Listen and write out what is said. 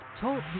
Talk